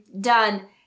done